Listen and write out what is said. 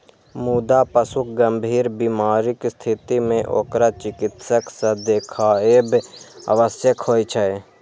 मुदा पशुक गंभीर बीमारीक स्थिति मे ओकरा चिकित्सक सं देखाएब आवश्यक होइ छै